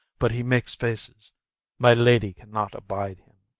but he makes faces my lady cannot abide him.